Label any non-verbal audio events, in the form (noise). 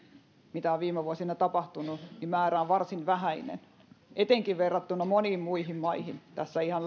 mitä on viime vuosina tapahtunut niin määrä on varsin vähäinen etenkin verrattuna moniin muihin maihin tässä ihan (unintelligible)